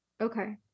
Okay